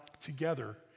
together